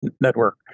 network